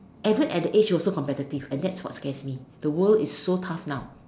even at that age also competitive and that's what scares me the world is so tough now